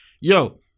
yo